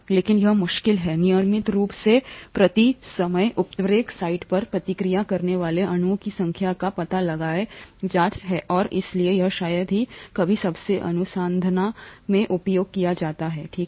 लेकिन यह मुश्किल है नियमित रूप से प्रति समय उत्प्रेरक साइट पर प्रतिक्रिया करने वाले अणुओं की संख्या का पता लगाएं जांच और इसलिए यह शायद ही कभी सबसे अनुसंधान में उपयोग किया जाता है ठीक है